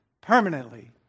permanently